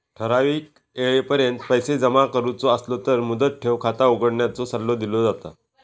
ठराइक येळेपर्यंत पैसो जमा करुचो असलो तर मुदत ठेव खाता उघडण्याचो सल्लो दिलो जाता